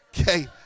okay